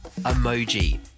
emoji